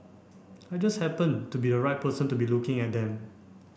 I just happened to be a right person to be looking at them